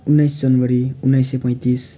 उन्नाइस जनवरी उन्नाइस सय पैँतिस